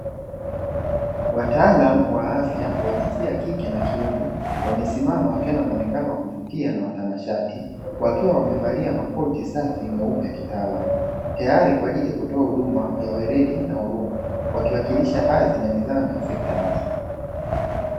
Wataalamu wa afya wa jinsia ya kike na kiume wamesimama wakiwa na muonekano wakuvutia na watanashati wakiwa wamevalia makoti safi meupe yakitaalamu, tayari kwa ajili ya kutoa huduma ya weledi na huruma wakiwakilisha hadhi na nidhamu ya sekta ya afya.